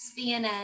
CNN